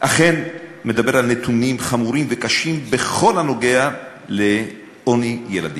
אכן מדבר על נתונים חמורים וקשים בכל הנוגע לעוני ילדים.